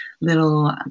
little